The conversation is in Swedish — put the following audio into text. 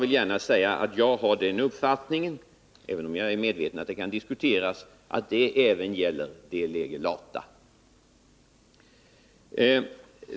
Jag är av den uppfattningen — även om jag är medveten om att den kan diskuteras — att det även gäller de lege lata.